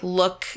look